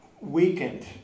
weakened